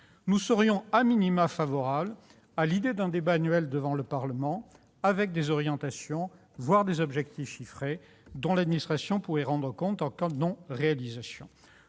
Nous serions favorables à l'idée d'un débat annuel devant le Parlement avec des orientations, voire des objectifs chiffrés, dont l'administration pourrait rendre compte en cas de non-réalisation.